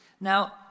Now